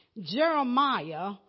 Jeremiah